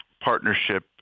partnership